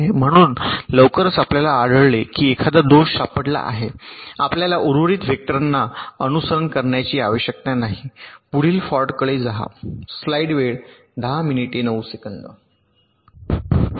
म्हणून लवकरच आपल्याला आढळले की एखादा दोष सापडला आहे आपल्याला उर्वरित वेक्टरना अनुकरण करण्याची आवश्यकता नाही पुढील फॉल्टकडे जा